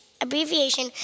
Abbreviation